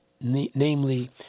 namely